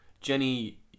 Jenny